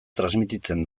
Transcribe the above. transmititzen